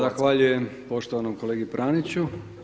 Zahvaljujem poštovanom kolegi Praniću.